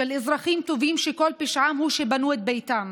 של אזרחים טובים שכל פשעם הוא שבנו את ביתם.